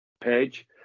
page